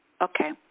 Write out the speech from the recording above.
Okay